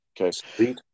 Okay